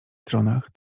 stronach